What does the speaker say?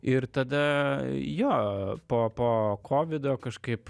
ir tada jo po po kovido kažkaip